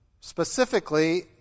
specifically